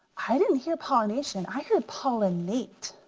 i didn't hear pollination, i heard pollinate,